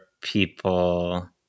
people